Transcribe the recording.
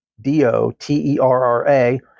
D-O-T-E-R-R-A